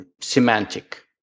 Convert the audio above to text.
semantic